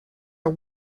are